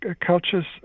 cultures